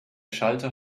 schalter